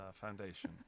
foundation